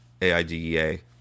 AIDEA